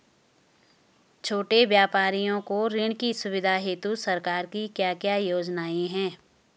छोटे व्यापारियों को ऋण की सुविधा हेतु सरकार की क्या क्या योजनाएँ हैं?